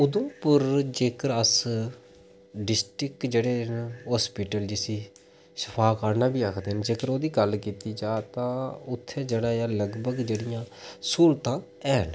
उधमपुर जेकर अस डिस्टिक जेह्ड़े न अस्पिटल जिसी सफाखाना बी आखदे न जेकर ओह्दी गल्ल कीती जा तां उत्थै जेह्ड़ा ऐ लगभग जेह्ड़ियां स्हूलतां हैन